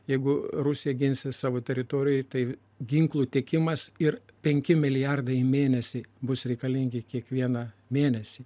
jeigu rusija ginsis savo teritorijoje tai ginklų tiekimas ir penki milijardai mėnesį bus reikalingi kiekvieną mėnesį